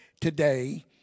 today